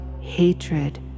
hatred